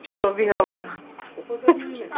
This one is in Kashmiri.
چلو بِہِو رۄبَس حوال